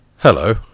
Hello